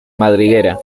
madriguera